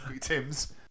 Tim's